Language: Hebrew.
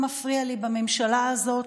מה מפריע לי בממשלה הזאת?